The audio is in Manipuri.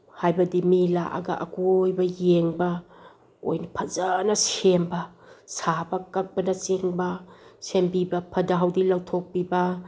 ꯍꯥꯏꯕꯗꯤ ꯃꯤ ꯂꯥꯛꯑꯒ ꯑꯀꯣꯏꯕ ꯌꯦꯡꯕ ꯑꯣꯏꯅ ꯐꯖꯅ ꯁꯦꯝꯕ ꯁꯥꯕ ꯀꯛꯄꯅꯆꯤꯡꯕ ꯁꯦꯝꯕꯤꯕ ꯐꯠꯇ ꯍꯥꯎꯊꯤ ꯂꯧꯊꯣꯛꯄꯤꯕ